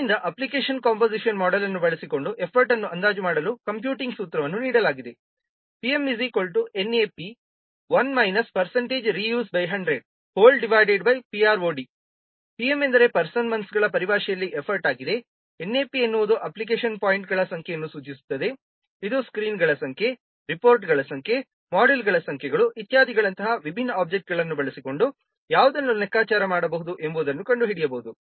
ಆದ್ದರಿಂದ application composition model ಅನ್ನು ಬಳಸಿಕೊಂಡು ಎಫರ್ಟ್ ಅನ್ನು ಅಂದಾಜು ಮಾಡಲು ಕಂಪ್ಯೂಟಿಂಗ್ ಸೂತ್ರವನ್ನು ನೀಡಲಾಗಿದೆ PM NAP 1 reuse100 PROD PM ಎಂದರೆ ಪರ್ಸನ್ ಮಂತ್ಸ್ಗಳ ಪರಿಭಾಷೆಯಲ್ಲಿ ಎಫರ್ಟ್ ಆಗಿದೆ NAP ಎನ್ನುವುದು ಅಪ್ಲಿಕೇಶನ್ ಪಾಯಿಂಟ್ಗಳ ಸಂಖ್ಯೆಯನ್ನು ಸೂಚಿಸುತ್ತದೆ ಇದು ಸ್ಕ್ರೀನ್ಗಳ ಸಂಖ್ಯೆ ರಿಪೋರ್ಟ್ಗಳ ಸಂಖ್ಯೆ ಮಾಡ್ಯೂಲ್ಗಳು ಸಂಖ್ಯೆಗಳು ಇತ್ಯಾದಿಗಳಂತಹ ವಿಭಿನ್ನ ಒಬ್ಜೆಕ್ಟ್ಗಳನ್ನು ಬಳಸಿಕೊಂಡು ಯಾವುದನ್ನು ಲೆಕ್ಕಾಚಾರ ಮಾಡಬಹುದು ಎಂಬುದನ್ನು ಕಂಡುಹಿಡಿಯಬಹುದು